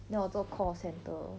then 我做 call centre